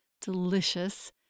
delicious